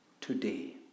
today